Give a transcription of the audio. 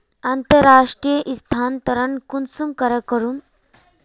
अंतर्राष्टीय स्थानंतरण कुंसम करे करूम?